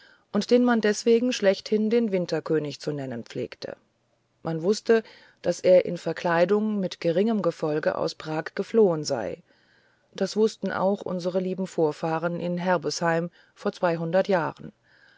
und den man deswegen schlechthin den winterkönig zu nennen pflegte man wußte daß er in verkleidung mit geringem gefolge aus prag entflohen sei das wußten auch unsere lieben vorfahren in herbesheim vor zweihundert jahren